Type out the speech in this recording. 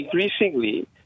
Increasingly